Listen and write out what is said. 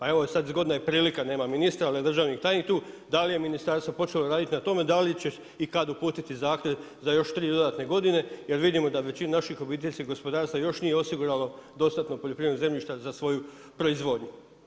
A evo sad zgodna je i prilika, nema ministra ali je državni tajnik tu da li je ministarstvo počelo raditi na tome da li će i kada uputiti zahtjev za još tri dodatne godine jer vidimo da većina naših obiteljskih gospodarstva još nije osiguralo dostatno poljoprivrednih zemljišta za svoju proizvodnju.